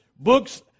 books